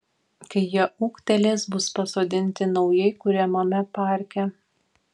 kai jie ūgtelės bus pasodinti naujai kuriamame parke